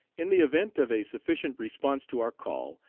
in the event of a sufficient response to our call,